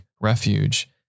refuge